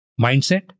mindset